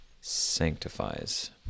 sanctifies